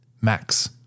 Max